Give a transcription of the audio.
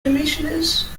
commissioners